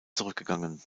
zurückgegangen